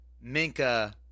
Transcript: Minka